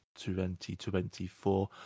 2024